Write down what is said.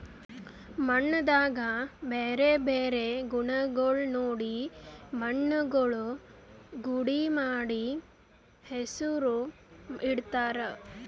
ಮಣ್ಣದಾಗ್ ಬ್ಯಾರೆ ಬ್ಯಾರೆ ಗುಣಗೊಳ್ ನೋಡಿ ಮಣ್ಣುಗೊಳ್ ಗುಡ್ಡಿ ಮಾಡಿ ಹೆಸುರ್ ಇಡತ್ತಾರ್